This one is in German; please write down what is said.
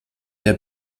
der